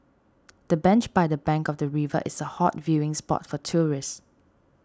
the bench by the bank of the river is a hot viewing spot for tourists